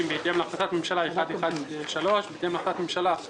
בהתאם להחלטת ממשלה מס' 1113 ובהתאם להחלטת ממשלה מס'